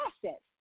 process